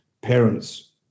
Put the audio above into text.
parents